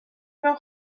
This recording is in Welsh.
mewn